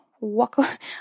Walk